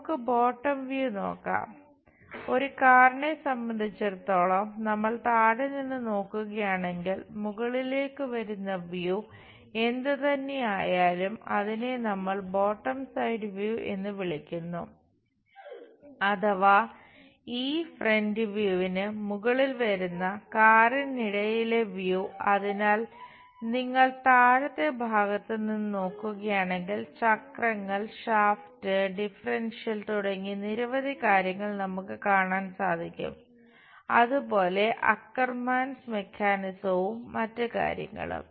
നമുക്ക് bottom view മറ്റ് കാര്യങ്ങളും